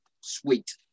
Sweet